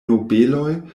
nobeloj